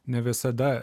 ne visada